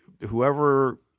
whoever